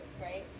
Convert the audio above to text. right